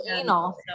anal